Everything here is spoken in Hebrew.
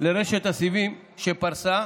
לרשת הסיבים שפרסה,